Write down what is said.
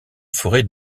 forêt